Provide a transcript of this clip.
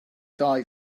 die